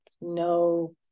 no